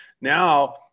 Now